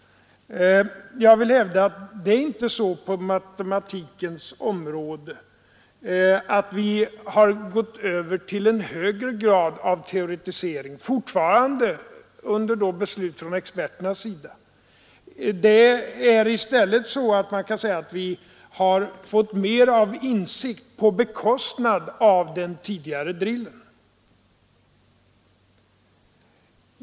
Det är inte så på matematikens område att vi har gått över till högre grad av teoretisering — fortfarande under beslut från experternas sida. Det är i stället så att vi har fått mer av insikt på bekostnad av den tidigare drillen.